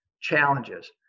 challenges